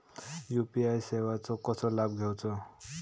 UPI सेवाचो कसो लाभ घेवचो?